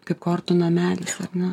kaip kortų namelis ar ne